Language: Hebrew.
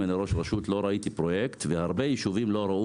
ולא ראיתי פרויקט והרבה יישובים לא ראו